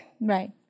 Right